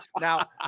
Now